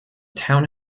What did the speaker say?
town